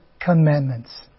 commandments